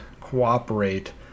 cooperate